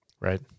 Right